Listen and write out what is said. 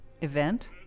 event